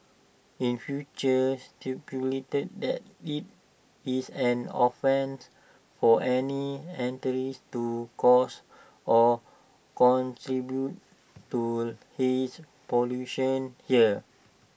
in future stipulates that IT is an offence for any entities to cause or contribute to haze pollution here